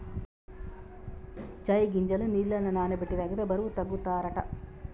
చై గింజలు నీళ్లల నాన బెట్టి తాగితే బరువు తగ్గుతారట